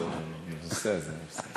של הנושא הזה, אבל בסדר.